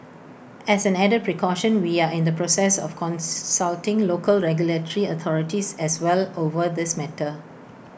as an added precaution we are in the process of consulting local regulatory authorities as well over this matter